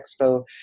expo